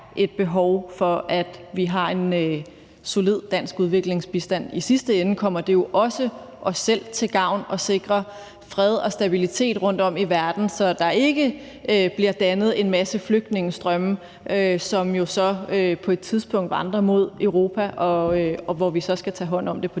et behov for, at vi har en solid dansk udviklingsbistand. I sidste ende kommer det jo også os selv til gavn at sikre fred og stabilitet rundtom i verden, så der ikke bliver dannet en masse flygtningestrømme, som jo så på et tidspunkt vandrer mod Europa, og hvor vi så skal tage hånd om det på